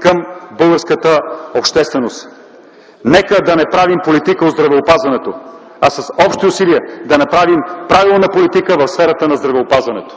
към българската общественост! Нека да не правим политика от здравеопазването, а с общи усилия да направим правилна политика в сферата на здравеопазването!